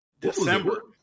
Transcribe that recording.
december